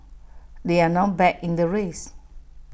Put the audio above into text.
they are now back in the race